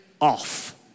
off